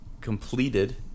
completed